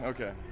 Okay